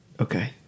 Okay